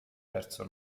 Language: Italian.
vero